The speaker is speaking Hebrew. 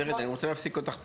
נירית, אני רוצה להפסיק אותך פה.